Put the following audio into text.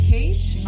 Cage